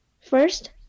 First